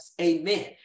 amen